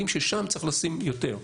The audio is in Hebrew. כי אנחנו יודעים ששם צריך לשים יותר,